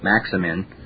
Maximin